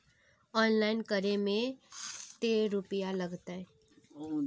Online करे में ते रुपया लगते?